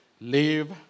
Leave